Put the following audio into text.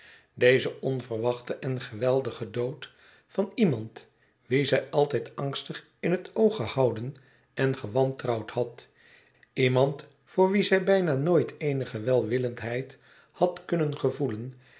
deze onverwachte en geweldige dood van iemand wien zij altijd angstig in het oog gehouden en gewantrouwd had iemand voor wien zij bijna nooit eenigè welwillendheid had kunnen gevoelen